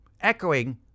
echoing